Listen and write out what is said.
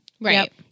Right